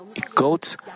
goats